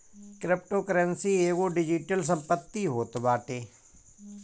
cryptocurrency एगो digital संपत्ति होत बाटे